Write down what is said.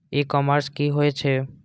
ई commerce की होय छेय?